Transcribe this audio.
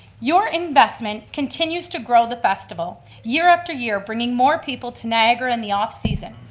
your investment continues to grow the festival year after year, bringing more people to niagara in the off season,